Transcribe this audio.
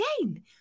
again